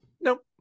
nope